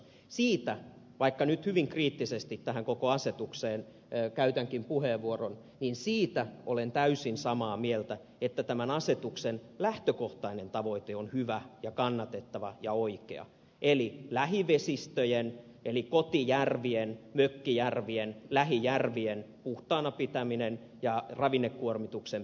siitä vaikka nyt hyvin kriittisen puheenvuoron käytänkin tästä asetuksesta olen täysin samaa mieltä että tämän asetuksen lähtökohtainen tavoite on hyvä ja kannatettava ja oikea eli lähivesistöjen eli kotijärvien mökkijärvien lähijärvien puhtaana pitäminen ja ravinnekuormituksen pienentäminen